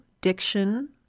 diction